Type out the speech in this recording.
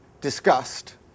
discussed